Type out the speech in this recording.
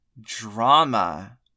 drama